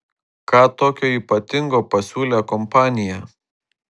ką tokio ypatingo pasiūlė kompanija